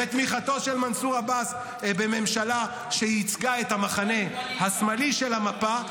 בתמיכתו של מנסור עבאס בממשלה שייצגה את המחנה השמאלי של המפה,